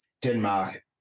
Denmark